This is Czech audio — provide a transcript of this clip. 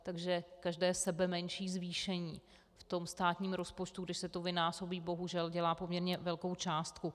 Takže každé sebemenší zvýšení v tom státním rozpočtu, když se to vynásobí, bohužel dělá poměrně velkou částku.